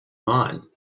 mine